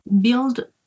build